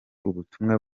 ubutumwa